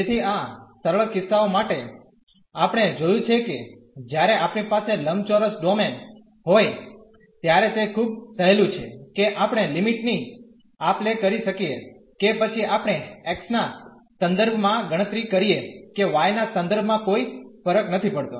તેથી આ સરળ કિસ્સાઓ માટે આપણે જોયું છે કે જ્યારે આપણી પાસે લંબચોરસ ડોમેન હોય ત્યારે તે ખૂબ સહેલું છે કે આપણે લિમિટ ની આપલે કરી શકીએ કે પછી આપણે x ના સંદર્ભમાં ગણતરી કરીએ કે y ના સંદર્ભમાં કોઈ ફરક નથી પડતો